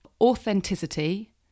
authenticity